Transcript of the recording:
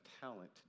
talent